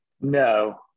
No